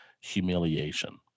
humiliation